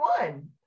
one